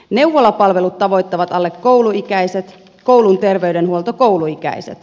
neuvolapalvelut tavoittavat alle kouluikäiset koulun terveydenhuolto kouluikäiset